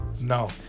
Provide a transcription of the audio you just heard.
No